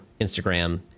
Instagram